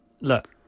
look